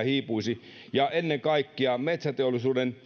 hiipuisivat ja ennen kaikkea metsäteollisuuden